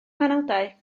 penawdau